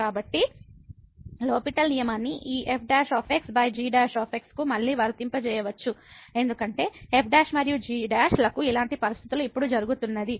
కాబట్టి లో L'Hopital నియమాన్ని ఈ f g కు మళ్ళీ వర్తింపజేయవచ్చు ఎందుకంటే f మరియు g లకు ఇలాంటి పరిస్థితులు ఇప్పుడు జరుగుతున్నది